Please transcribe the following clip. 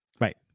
Right